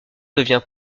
devient